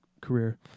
career